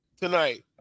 tonight